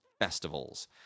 festivals